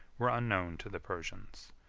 were unknown to the persians.